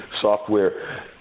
software